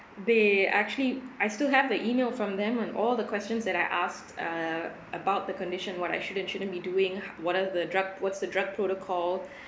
they actually I still have the email from them and all the questions that I ask uh about the condition what I should and shouldn't be doing h~ what are the drug what's the drug protocol